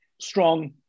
strong